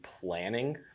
planning